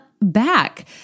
back